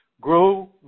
grow